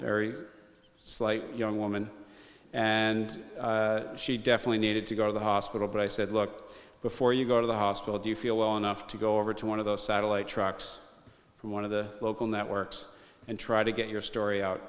very slight young woman and she definitely needed to go to the hospital but i said look before you go to the hospital do you feel well enough to go over to one of the satellite trucks from one of the local networks and try to get your story out